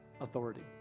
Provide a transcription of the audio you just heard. authority